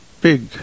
big